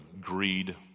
greed